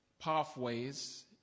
pathways